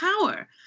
power